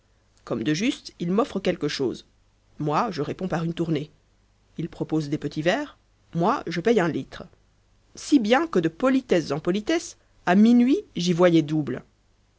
comme de juste il m'offre quelque chose moi je réponds par une tournée il propose des petits verres moi je paie un litre si bien que de politesses en politesses à minuit j'y voyais double